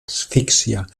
asfixia